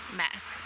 mess